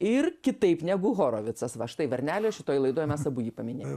ir kitaip negu horovicas va štai varnelė šitoj laidoj mes abu jį paminėjom